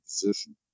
position